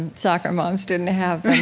and soccer moms didn't have them.